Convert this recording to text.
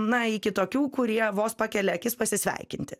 na iki tokių kurie vos pakelia akis pasisveikinti